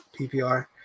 PPR